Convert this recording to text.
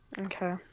Okay